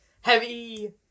heavy